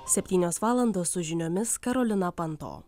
septynios valandos su žiniomis karolina panto